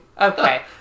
Okay